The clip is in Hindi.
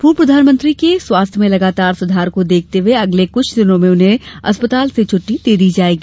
पूर्व प्रधानमंत्री के स्वास्थ्य में लगातार सुधार को देखते हुए अगले कुछ दिनों में उन्हें अस्पताल से छुट्टी दे दी जाएगी